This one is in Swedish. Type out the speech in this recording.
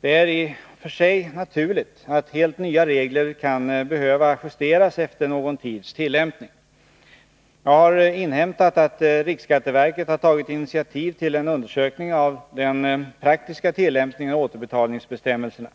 Det är i och för sig naturligt att helt nya regler kan behöva justeras efter någon tids tillämpning. Jag har inhämtat att riksskatteverket har tagit initiativ till en undersökning av den praktiska tillämpningen av återbetalningsbestämmelserna.